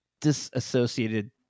disassociated